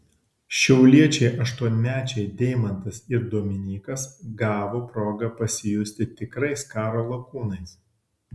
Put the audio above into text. šiauliečiai aštuonmečiai deimantas ir dominykas gavo progą pasijusti tikrais karo lakūnais